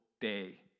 day